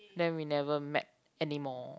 then we never met anymore